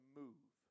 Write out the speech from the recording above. move